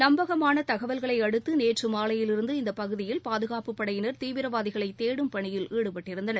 நம்பகமான தகவல்களை அடுத்து நேற்று மாலையிலிருந்து இந்த பகுதியில் பாதுகாப்புப் படையினர் தீவிரவாதிகளை தேடும் பணியில் ஈடுபட்டிருந்தனர்